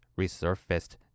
resurfaced